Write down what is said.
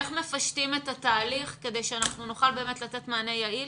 איך מפשטים את התהליך כדי שנוכל לתת מענה יעיל.